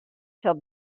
till